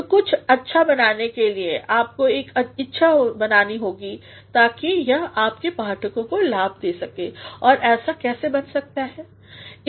तो कुछ अच्छा बनाने के लिए आपको एक इच्छा बनानी होगी ताकि यह आपके पाठकों को लाभ दे और ऐसा कैसे बन सकता है